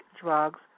drugs